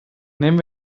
nehmen